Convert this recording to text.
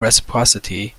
reciprocity